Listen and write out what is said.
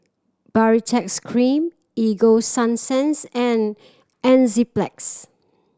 Baritex Cream Ego Sunsense and Enzyplex